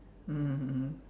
mmhmm mmhmm